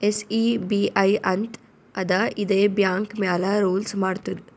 SEBI ಅಂತ್ ಅದಾ ಇದೇ ಬ್ಯಾಂಕ್ ಮ್ಯಾಲ ರೂಲ್ಸ್ ಮಾಡ್ತುದ್